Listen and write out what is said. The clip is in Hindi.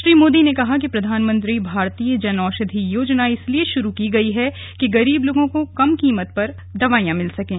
श्री मोदी ने कहा कि प्रधानमंत्री भारतीय जन औषधि योजना इसलिए शुरू की गई है कि गरीब लोगों को कम कीमत पर दवाइयां मिल सकें